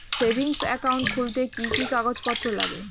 Savings account খুলতে কি কি কাগজপত্র লাগে?